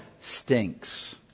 stinks